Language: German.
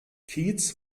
kietz